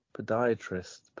Podiatrist